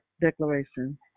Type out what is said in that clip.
declaration